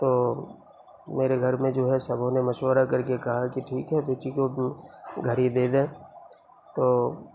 تو میرے گھر میں جو ہے سبھوں نے مشورہ کر کے کہا کہ ٹھیک ہے بیٹی کو گھڑی دے دیں تو